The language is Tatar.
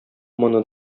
моны